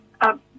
up